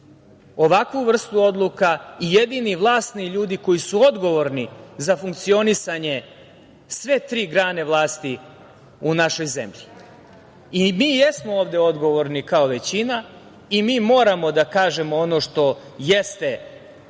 ovakvu vrstu odluka i jedini vlasni ljudi koji su odgovorni za funkcionisanje sve tri grane vlasti u našoj zemlji. Mi jesmo ovde odgovorni kao većina i mi moramo da kažemo ono što jeste praksa